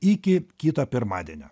iki kito pirmadienio